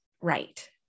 right